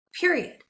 Period